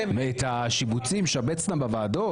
ואת השיבוצים, שבץ-נא בוועדות.